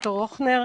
ד"ר הוכנר,